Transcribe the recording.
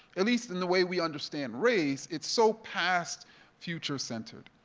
at least in the way we understand race, it's so past future centered.